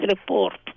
report